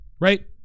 Right